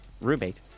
roommate